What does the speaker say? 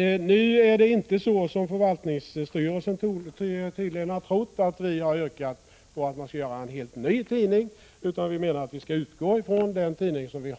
Vi har inte, som förvaltningsstyrelsen tydligen har trott, yrkat på att det skall göras en helt ny tidning. Vi menar att man skall utgå från den tidning som finns